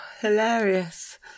hilarious